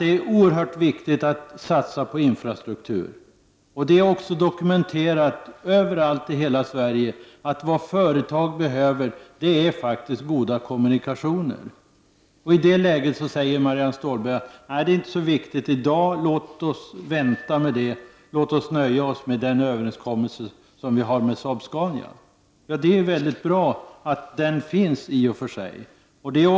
Det är oerhört viktigt att satsa på infrastruktur. Det är också dokumenterat överallt i hela Sverige att vad företagen behöver faktiskt är goda kommunikationer. Men i det läget säger Marianne Stålberg: Det är inte så viktigt i dag. Låt oss vänta och nöja oss med den överenskommelse som träffats med Saab-Scania. Det är väldigt bra att den överenskommelsen finns i och för sig.